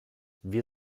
wir